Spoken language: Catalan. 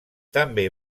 també